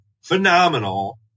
phenomenal